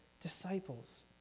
disciples